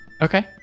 Okay